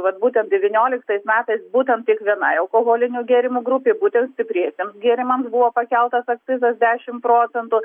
vat būtent devynioliktais metais būtent tik vienai alkoholinių gėrimų grupei būtent stipriesiems gėrimams buvo pakeltas akcizas dešimt procentų